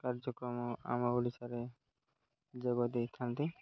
କାର୍ଯ୍ୟକ୍ରମ ଆମ ଓଡ଼ିଶାରେ ଯୋଗ ଦେଇଥାନ୍ତି